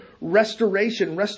restoration